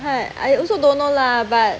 !hais! I also don't know lah but